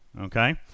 Okay